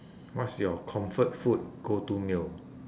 what's your comfort food go to meal